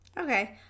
Okay